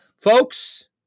Folks